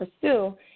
pursue